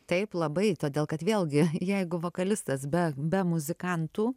taip labai todėl kad vėlgi jeigu vokalistas be be muzikantų